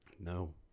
No